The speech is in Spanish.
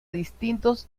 distintos